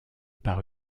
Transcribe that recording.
par